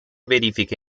verifiche